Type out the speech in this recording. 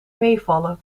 meevallen